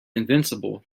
invincible